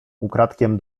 ukradkiem